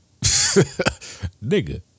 Nigga